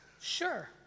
Sure